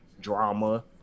drama